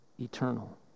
eternal